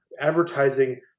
advertising